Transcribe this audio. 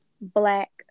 black